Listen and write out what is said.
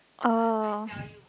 oh